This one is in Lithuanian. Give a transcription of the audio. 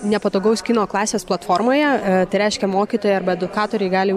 nepatogaus kino klasės platformoje tai reiškia mokytojai arba edukatoriai gali